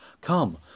Come